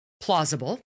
plausible